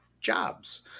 jobs